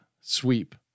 sweep